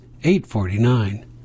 $8.49